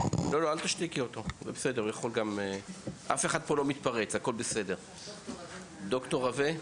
דוקטור רווה.